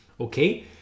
Okay